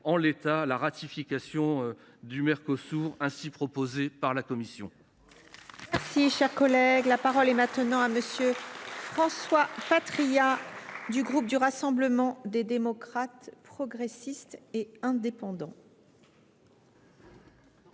l’état à la ratification du Mercosur ainsi proposé par la Commission.